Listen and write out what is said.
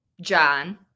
John